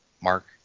mark